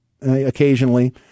occasionally